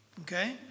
Okay